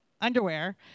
underwear